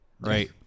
right